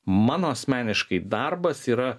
mano asmeniškai darbas yra